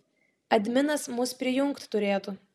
adminas mus prijungt turėtų